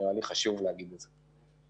נראה לי חשוב להגיד את זה.